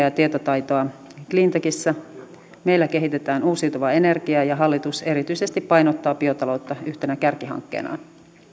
ja tietotaitoa cleantechissä meillä kehitetään uusiutuvaa energiaa ja hallitus erityisesti painottaa biotaloutta yhtenä kärkihankkeenaan